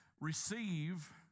receive